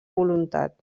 voluntat